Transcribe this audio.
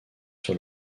sur